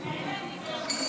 אדוני היושב-ראש,